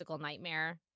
nightmare